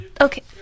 Okay